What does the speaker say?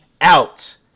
out